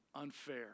unfair